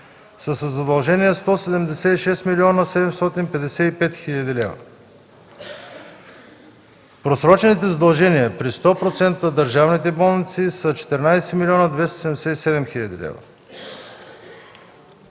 със задължения 176 млн. 755 хил. лв. Просрочените задължения при 100% държавните болници са 14 млн. 277 хил. лв.